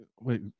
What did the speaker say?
wait